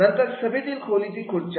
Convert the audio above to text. नंतर सभेतील खोलीच्या खुर्च्या